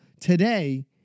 today